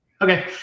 Okay